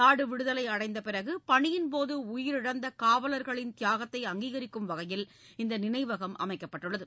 நாடு விடுதலை அடைந்த பிறகு பணியின்போது உயிரிழந்த காவலர்களின் தியாகத்தை அங்கீகரிக்கும் வகையில் இந்த நினைவகம் அமைக்கப்பட்டுள்ளது